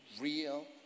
real